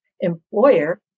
employer